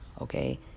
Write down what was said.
okay